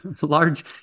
large